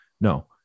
No